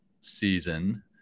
season